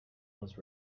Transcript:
was